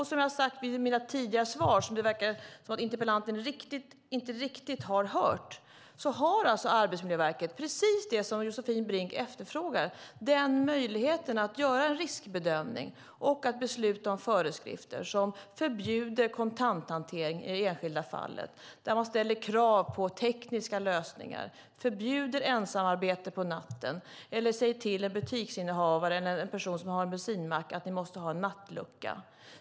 Som jag har sagt i mina tidigare svar, som det verkar som om interpellanten inte riktigt har hört, har Arbetsmiljöverket precis det som Josefin Brink efterfrågar: De har möjlighet att göra en riskbedömning och besluta om föreskrifter som förbjuder kontanthantering i det enskilda fallet där man ställer krav på tekniska lösningar. Det handlar om att förbjuda ensamarbete på natten eller att säga till när en butiksinnehavare eller en person som har en bensinmack måste ha en nattlucka.